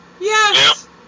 yes